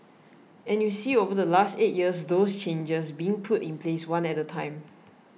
and you see over the last eight years those changes being put in place one at a time